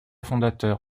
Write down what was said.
fondateur